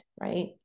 right